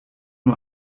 nur